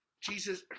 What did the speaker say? Jesus